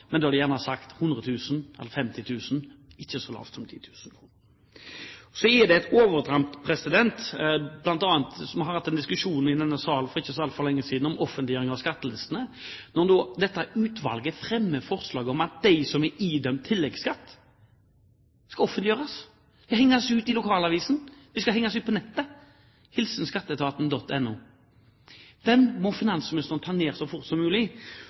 men da har de gjerne sagt 100 000 eller 50 000, ikke så lavt som 10 000. Så til et overtramp: Vi hadde bl.a. en diskusjon i denne salen for ikke så lenge siden om offentliggjøring av skattelistene. Når dette utvalget fremmer forslag om at navnene på de personene som er idømt tilleggsskatt, skal offentliggjøres, at de skal henges ut i lokalavisen, at de skal henges ut på nettet, hilsen skatteetaten.no, så må finansministeren ta dette opp så fort som mulig.